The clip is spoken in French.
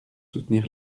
soutenir